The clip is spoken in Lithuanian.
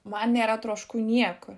man nėra trošku niekur